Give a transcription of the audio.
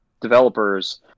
developers